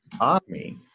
army